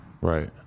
Right